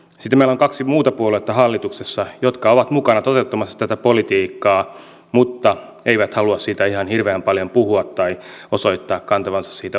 sitten meillä on hallituksessa kaksi muuta puoluetta jotka ovat mukana toteuttamassa tätä politiikkaa mutta eivät halua siitä ihan hirveän paljon puhua tai osoittaa kantavansa siitä vastuuta